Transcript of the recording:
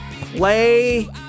play